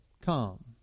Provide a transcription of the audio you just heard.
come